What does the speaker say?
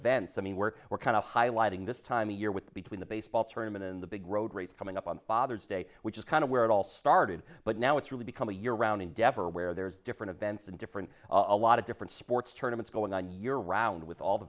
events i mean work or kind of highlighting this time of year with between the baseball tournament in the big road race coming up on father's day which is kind of where it all started but now it's really become a year round endeavor where there's different events and different a lot of different sports tournaments going on your round with all the